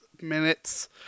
minutes